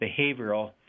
behavioral